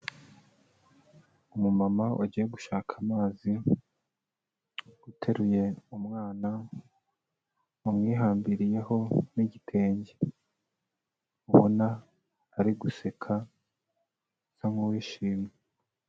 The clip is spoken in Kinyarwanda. Umu mama wagiye gushaka amazi, uteruye umwana wamwihambiriyeho n'igitenge, ubona ari guseka asa nk'uwishimye.